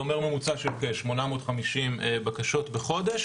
זה אומר, ממוצע של כ-850 בקשות בחודש.